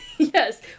Yes